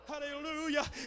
Hallelujah